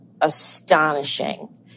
astonishing